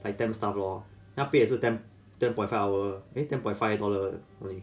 like temp staff lor 他的 pay 也是 ten point five hour eh ten point five dollar only